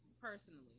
personally